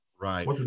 right